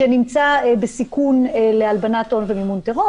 שנמצא בסיכון להלבנת הון ומימון טרור.